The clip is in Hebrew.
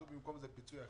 נתנו במקום זה פיצוי אחר,